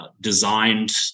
designed